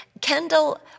Kendall